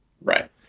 Right